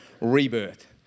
rebirth